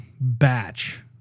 batch